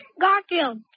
Garfield